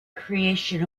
creation